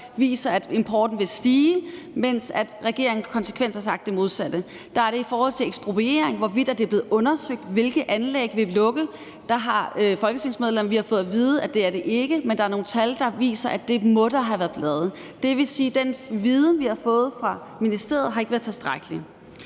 viser, at importen vil stige, mens regeringen konsekvent har sagt det modsatte. I forhold til ekspropriering handler det om, hvorvidt det er blevet undersøgt, hvilke anlæg der vil lukke. Der har folketingsmedlemmerne fået at vide, at det er det ikke, men der er nogle tal, der viser, at det må der have været lavet. Det vil sige, at den viden, vi har fået fra ministeriet, ikke har været tilstrækkelig.